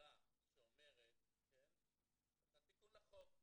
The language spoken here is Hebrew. ממשלה שעושה תיקון לחוק,